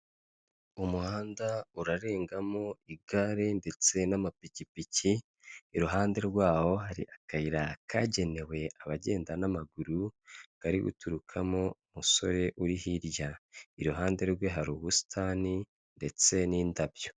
Umuhanda urarengamo igare ndetse n'amapikipiki, iruhande rwaho hari akayira kagenewe abagenda n'amaguru kari guturukamo umusore uri hirya, iruhande rwe hari ubusitani ndetse n'indabyo.